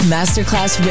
Masterclass